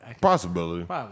Possibility